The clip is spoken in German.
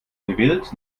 gewillt